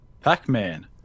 Pac-Man